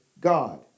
God